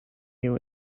you